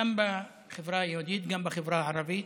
גם בחברה היהודית, גם בחברה הערבית,